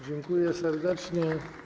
Dziękuję serdecznie.